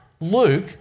Luke